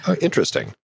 interesting